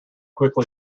quickly